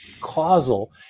causal